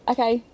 Okay